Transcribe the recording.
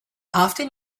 often